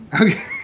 Okay